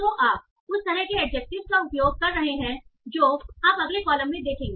तो आप उस तरह के एडजेक्टिवस का उपयोग कर रहे हैं जो आप अगले कॉलम में देखेंगे